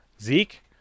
Zeke